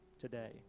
today